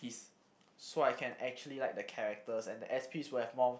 so I can actually like the characters and the S_Ps will have more